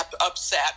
upset